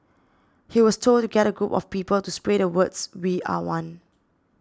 he was told to get a group of people to spray the words we are one